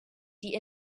die